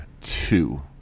two